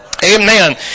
Amen